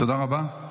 תודה רבה.